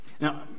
Now